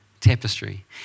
tapestry